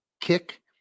kick